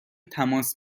تماس